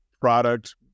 product